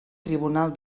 tribunal